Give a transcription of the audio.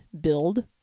build